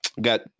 Got